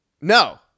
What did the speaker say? No